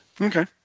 okay